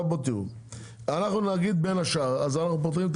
אנחנו נגיד בין השאר אז אנחנו פותרים את